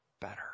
better